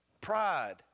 pride